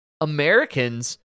Americans